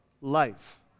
life